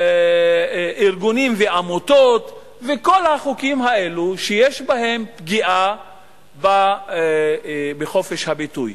ארגונים ועמותות וכל החוקים האלו שיש בהם פגיעה בחופש הביטוי,